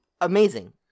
Amazing